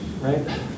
right